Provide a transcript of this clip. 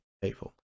people